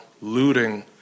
looting